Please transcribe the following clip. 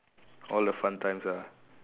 all the fun times ah